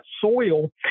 soil